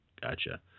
gotcha